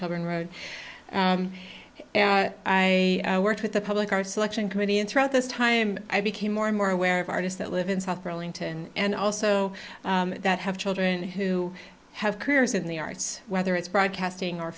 children road i worked with the public our selection committee and throughout this time i became more and more aware of artists that live in south rolling to and also that have children who have careers in the arts whether it's broadcasting or